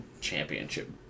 championship